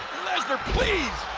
lesnar, please.